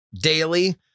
daily